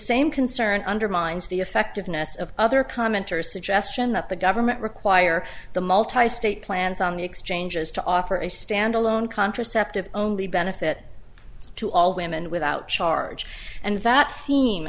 same concern undermines the effectiveness of other commenters suggestion that the government require the multistate plans on the exchanges to offer a standalone contraceptive only benefit to all women without charge and that